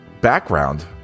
background